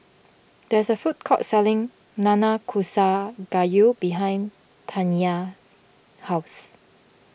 there is a food court selling Nanakusa Gayu behind Taniyah's house